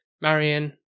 Marion